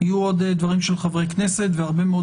יהיו עוד דברים של חברי כנסת והרבה מאוד